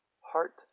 heart